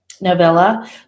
novella